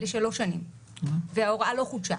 לשלוש שנים, וההוראה לא חודשה.